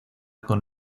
con